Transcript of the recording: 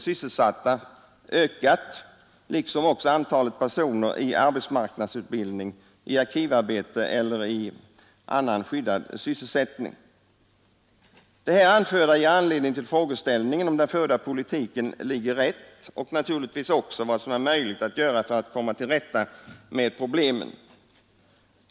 Detta trots att antalet i beredskapsarbete sysselsatta ökat, Det här anförda ger anledning till frågeställningen, om den förda politiken ligger rätt och naturligtvis också vad som är möjligt att göra för att komma till rätta med problemen.